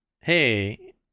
Hey